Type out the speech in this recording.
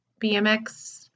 BMX